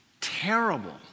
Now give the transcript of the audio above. terrible